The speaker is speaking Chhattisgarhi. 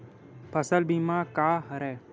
फसल बीमा का हरय?